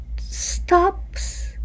stops